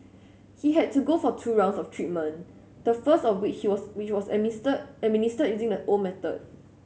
he had to go for two rounds of treatment the first of which was which was a mister administered using the old method